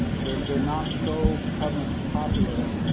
they're they're not so prevalent and populous